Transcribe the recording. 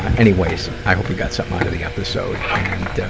ah anyways, i hope you got something out of the episode. and,